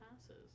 passes